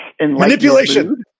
Manipulation